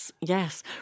Yes